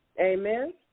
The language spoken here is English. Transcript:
Amen